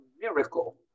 miracle